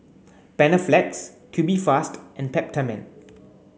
Panaflex Tubifast and Peptamen